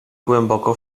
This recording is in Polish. głęboko